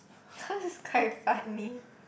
cause it's quite funny